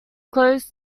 closed